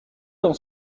dans